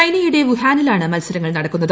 ചൈനയിലെ വുഹാനിലാണ് മത്സരങ്ങൾ നട്ടക്കുന്നത്